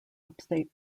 upstate